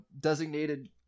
designated